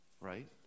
Right